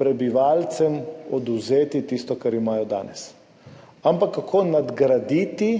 prebivalcem odvzeti tisto, kar imajo danes, ampak kako nadgraditi